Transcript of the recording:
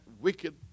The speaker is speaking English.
wicked